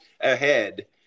ahead